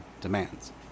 demands